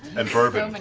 and bourbon. um and